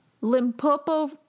Limpopo